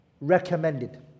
recommended